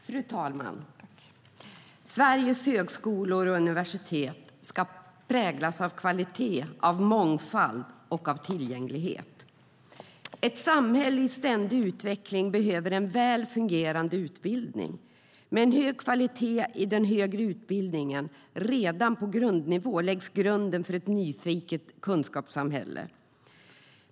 Fru talman! Sveriges högskolor och universitet ska präglas av kvalitet, mångfald och tillgänglighet. Ett samhälle i ständig utveckling behöver en väl fungerande utbildning. Med en hög kvalitet i den högre utbildningen redan på grundnivå läggs grunden för ett nyfiket kunskapssamhälle.